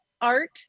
art